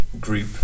group